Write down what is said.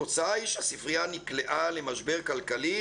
התוצאה היא שהספרייה נקלעה למשבר כלכלי